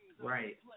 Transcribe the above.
Right